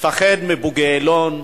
מפחד מבוגי יעלון,